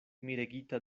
miregita